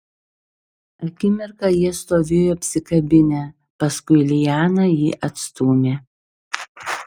akimirką jie stovėjo apsikabinę paskui liana jį atstūmė